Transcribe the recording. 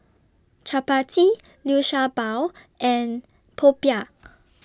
Chappati Liu Sha Bao and Popiah